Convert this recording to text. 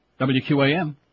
WQAM